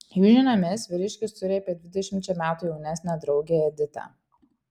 jų žiniomis vyriškis turi apie dvidešimčia metų jaunesnę draugę editą